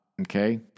Okay